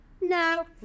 no